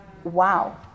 Wow